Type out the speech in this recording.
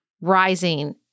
rising